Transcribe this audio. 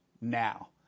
now